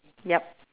yup